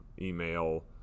email